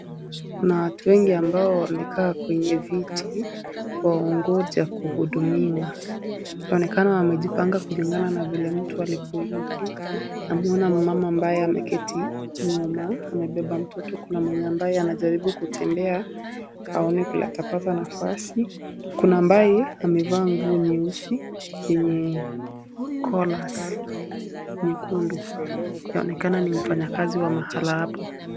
Kuna watu wengi ambao wamekaa kwenye viti waongoja kuhudumiwa inaonekana wamejipanga kulingana vile mtu alipoingi. Tunamwona mama mmoja ambaye ameketi nyuma amebeba mtoto. Kuna mwenye ambaye anajaribu kutembea aone vile atapata nafasi . Kuna ambaye amevaa nguo nyeusi yenye kolas nyekundu inaonekana ni mfanyakazi wa mahala hapo.